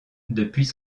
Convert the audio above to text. depuis